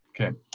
Okay